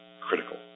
critical